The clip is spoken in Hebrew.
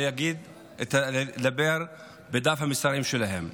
ונדבר בדף המסרים שלהם.